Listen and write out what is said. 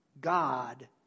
God